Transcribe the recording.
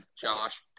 Josh